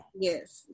yes